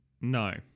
No